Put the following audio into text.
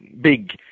big